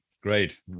Great